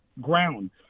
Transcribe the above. ground